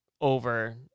over